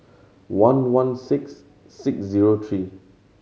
one one six six zero tree